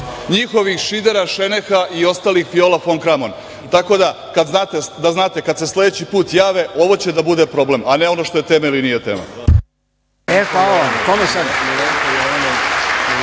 njihovih Šidera, Šeneha i ostalih Viola Fon Kramon, tako da znate kad se sledeći put jave ovo će da bude problem, a ne ono što je tema ili nije tema.